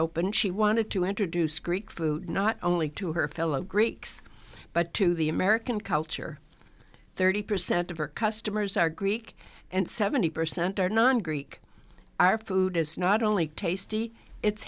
opened she wanted to introduce greek food not only to her fellow greeks but to the american culture thirty percent of her customers are greek and seventy percent are non greek our food is not only tasty it's